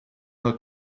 her